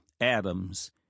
Adam's